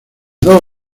dos